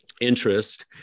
interest